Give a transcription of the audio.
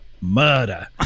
murder